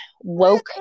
woke